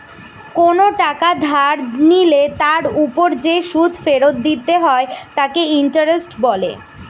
কোনো টাকা ধার নিলে তার উপর যে সুদ ফেরত দিতে হয় তাকে ইন্টারেস্ট বলে